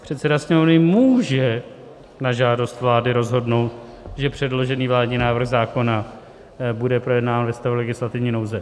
Předseda Sněmovny může na žádost vlády rozhodnout, že předložený vládní návrh zákona bude projednán ve stavu legislativní nouze.